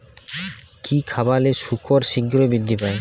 কি খাবালে শুকর শিঘ্রই বৃদ্ধি পায়?